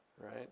right